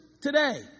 today